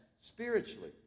spiritually